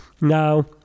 now